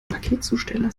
paketzusteller